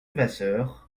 vasseur